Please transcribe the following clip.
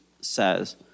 says